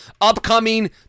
upcoming